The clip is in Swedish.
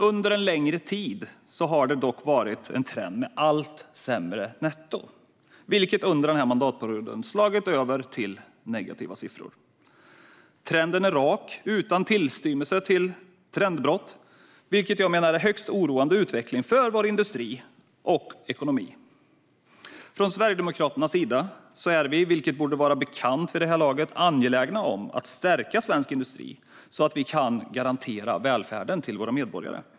Under en längre tid har det dock varit en trend med ett allt sämre netto, vilket under denna mandatperiod slagit om till negativa siffror. Trenden är rak utan tillstymmelse till trendbrott, vilket är en högst oroande utveckling för vår industri och ekonomi. Vid det här laget borde det vara bekant att Sverigedemokraterna är angelägna om att stärka svensk industri så att vi kan garantera välfärden åt våra medborgare.